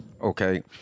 Okay